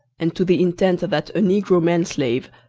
and to the intent that a negro man-slave,